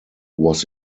was